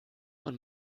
und